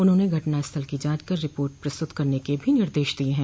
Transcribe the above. उन्होंने घटनास्थल की जांच कर रिपोर्ट प्रस्त्रत करने के भी निर्देश दिये हैं